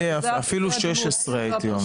אפילו 16 הייתי אומר.